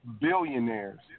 Billionaires